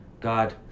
God